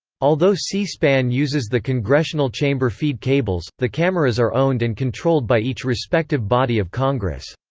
although c-span uses the congressional chamber feed cables, the cameras are owned and controlled by each respective body of congress.